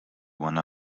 one